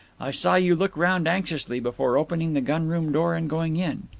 i saw you look round anxiously before opening the gun-room door and going in.